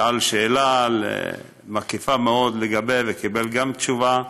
שאל שאלה מקיפה מאוד וגם קיבל תשובה,